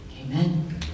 amen